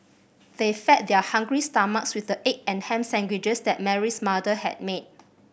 they fed their hungry stomachs with the egg and ham sandwiches that Mary's mother had made